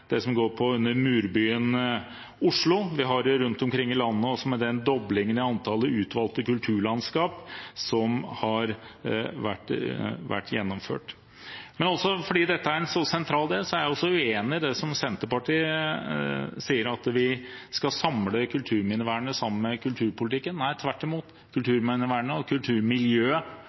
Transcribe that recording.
det som går under Murbyen Oslo, som vi har rundt omkring i landet, og også den doblingen i antall utvalgte kulturlandskap som har vært gjennomført. Men også fordi dette er en så sentral del, er jeg uenig i det Senterpartiet sier, at vi skal samle kulturminnevernet sammen med kulturpolitikken. Nei, tvert imot: Kulturminnevernet og